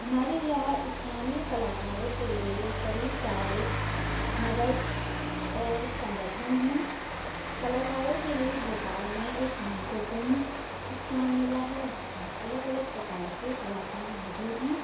हमारे यहाँ स्थानीय कलाकारों के लिए कई सारे मदद और संगठन हैं कलाकारों के लिए भोपाल में एक महत्वपूर्ण स्थान मिला है जिसमें अलग अलग प्रकार के कलाकार मौजूद हैं